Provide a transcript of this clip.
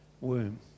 womb